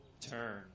turn